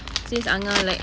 since angah like